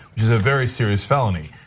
which is a very serious felony.